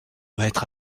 maître